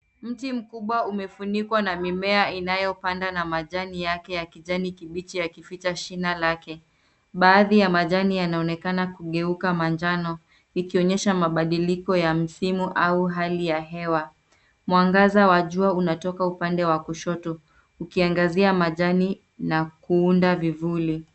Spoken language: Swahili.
Mti mkubwa umefunikwa na mimea inayopanda na majani yake ya kijani kibichi yakificha shina lake. Baadhi ya majani yanaonekana kugeuka manjano ikionyesha mabadiliko ya msimu au hali ya hewa. Mwangaza wa jua unatoka upande wa kushoto ukiangazia majani na kuunda vivuli.